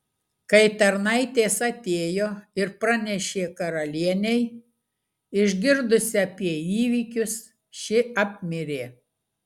kai tarnaitės atėjo ir pranešė karalienei išgirdusi apie įvykius ši apmirė